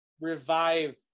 revive